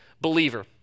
believer